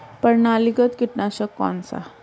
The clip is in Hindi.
प्रणालीगत कीटनाशक कौन सा है?